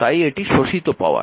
তাই এটি শোষিত পাওয়ার